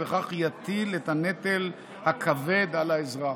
ובכך יטיל את הנטל הכבד על האזרח.